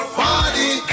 party